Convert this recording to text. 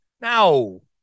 No